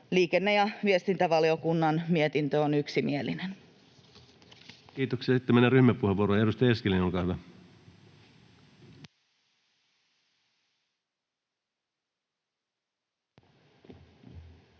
Liikenne- ja viestintävaliokunnan mietintö on yksimielinen. Kiitoksia. — Ja sitten mennään ryhmäpuheenvuoroihin. — Edustaja Eskelinen, olkaa hyvä.